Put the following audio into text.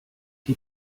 die